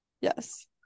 yes